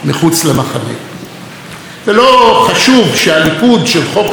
ולא חשוב שהליכוד של חוק הלאום הוא אותה מפלגה